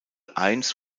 eins